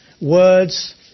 Words